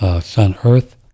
Sun-Earth